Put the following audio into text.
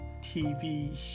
TV